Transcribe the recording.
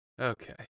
Okay